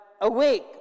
awake